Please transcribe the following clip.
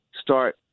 start